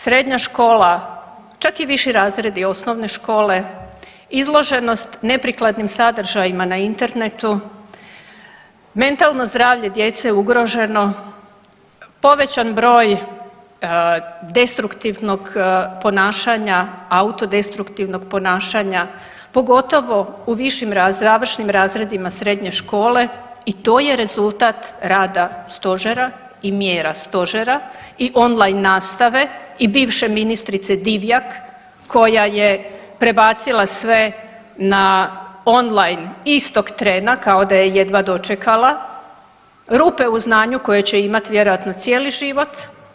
Srednja škola čak i viši razredi osnovni škole izloženost neprikladnim sadržajima na internetu, mentalno zdravlje djece ugroženo, povećan broj destruktivnog ponašanja, autodestruktivnog ponašanja pogotovo u višim završnim razredima srednje škole i to je rezultat rada stožera i mjera stožera i on line nastave i bivše ministrice Divjak koja je prebacila sve on line istog trena kao da je jedva dočekala, rupe u znanju koje će imati vjerojatno cijeli život.